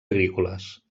agrícoles